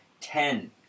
Ten